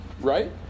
Right